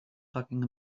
talking